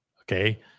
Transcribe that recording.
okay